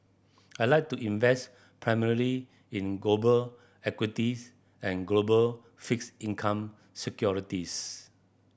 I like to invest primarily in global equities and global fixed income securities